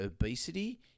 obesity